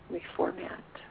reformat